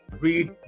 read